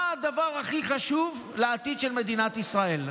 מה הדבר הכי חשוב לעתיד של מדינת ישראל?